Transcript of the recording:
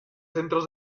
centros